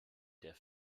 der